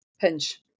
pinch